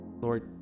lord